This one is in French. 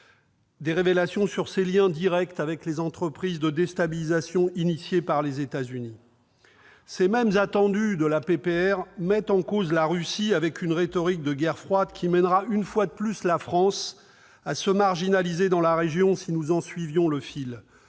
des révélations sur ses liens directs avec les entreprises de déstabilisation engagées sur l'initiative des États-Unis. Ces mêmes attendus mettent en cause la Russie, avec une rhétorique de guerre froide qui conduira, une fois de plus, la France à se marginaliser dans la région si nous en suivions le fil.